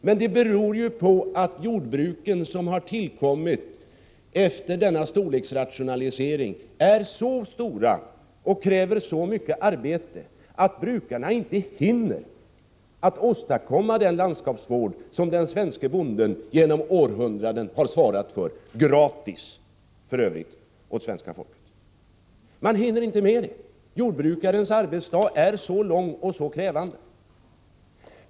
Detta beror på att de jordbruk som har tillkommit efter storleksrationaliseringen är så stora och kräver så mycket arbete att brukarna inte hinner åstadkomma den landskapsvård som den svenske bonden — för övrigt gratis — genom århundraden har svarat för gentemot svenska folket. De hinner inte med detta, därför att jordbrukarens arbetsdag är så lång och så krävande.